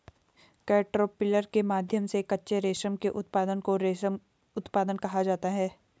caterpillar के माध्यम से कच्चे रेशम के उत्पादन को रेशम उत्पादन कहा जाता है